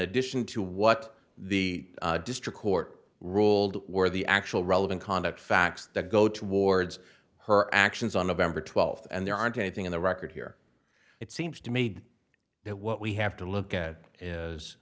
addition to what the district court ruled were the actual relevant conduct facts that go towards her actions on november twelfth and there aren't anything in the record here it seems to made that what we have to look at is